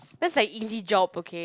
that's like easy job okay